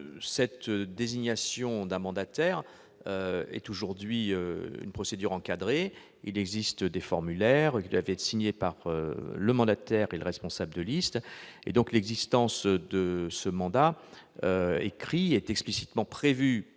La désignation d'un mandataire suit aujourd'hui une procédure encadrée. Il existe des formulaires qui doivent être signés par le mandataire et le responsable de liste. L'existence de ce mandat écrit est explicitement prévue